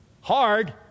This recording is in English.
Hard